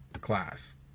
class